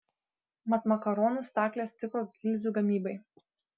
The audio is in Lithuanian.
mat makaronų staklės tiko gilzių gamybai